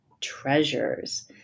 Treasures